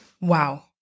Wow